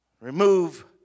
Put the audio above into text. Remove